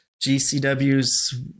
GCW's